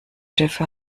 dafür